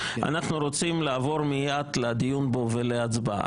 אנחנו רוצים לעבור מייד לדיון בו ולהצבעה.